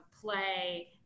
play